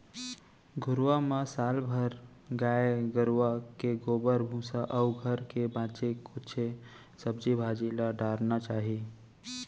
घुरूवा म साल भर गाय गरूवा के गोबर, भूसा अउ घर के बांचे खोंचे सब्जी भाजी ल डारना चाही